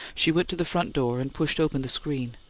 she went to the front door and pushed open the screen.